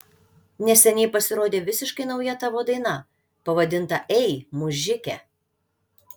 neseniai pasirodė visiškai nauja tavo daina pavadinta ei mužike